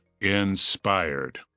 inspired